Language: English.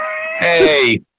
Hey